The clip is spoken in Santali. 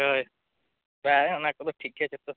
ᱦᱳᱭ ᱦᱮᱸ ᱚᱱᱟᱠᱚᱫᱚ ᱴᱷᱤᱠ ᱜᱮᱭᱟ ᱡᱚᱛᱚ